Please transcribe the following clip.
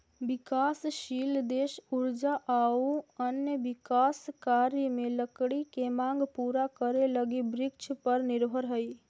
विकासशील देश ऊर्जा आउ अन्य विकास कार्य में लकड़ी के माँग पूरा करे लगी वृक्षपर निर्भर हइ